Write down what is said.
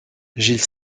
gilles